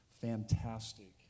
fantastic